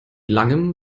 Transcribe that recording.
langem